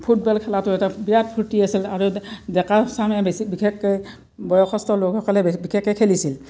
football খেলাটো এটা বিৰাট ফূৰ্তি আছিল আৰু এ ডেকা চামে বেছি বিশেষকৈ বয়সস্থ লোকসকলে বিশেষকৈ খেলিছিল